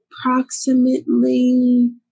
approximately